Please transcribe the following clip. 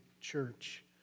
church